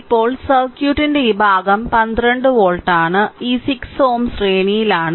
ഇപ്പോൾ സർക്യൂട്ടിന്റെ ഈ ഭാഗം 12 വോൾട്ട് ആണ് ഈ 6Ω ശ്രേണിയിലാണ്